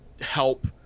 help